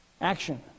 action